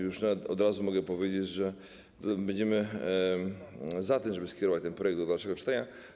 Już nawet od razu mogę powiedzieć, że będziemy za tym, żeby skierować ten projekt do dalszego czytania.